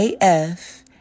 AF